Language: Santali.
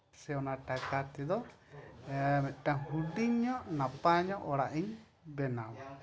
ᱥᱮ ᱚᱱᱟ ᱴᱟᱠᱟ ᱛᱮᱫᱚ ᱢᱤᱫᱴᱟᱱ ᱦᱩᱰᱤᱹᱧ ᱧᱚᱜ ᱱᱟᱯᱟᱭ ᱧᱚᱜ ᱚᱲᱟᱜ ᱤᱧ ᱵᱮᱱᱟᱣᱟ